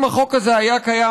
אם החוק הזה היה קיים,